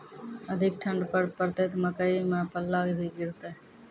अधिक ठंड पर पड़तैत मकई मां पल्ला भी गिरते?